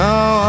Now